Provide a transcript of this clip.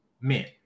Men